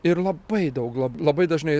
ir labai daug lab labai dažnai